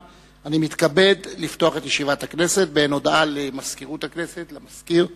באין הודעה למזכירות הכנסת, למזכיר,